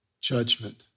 judgment